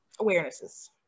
awarenesses